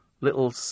Little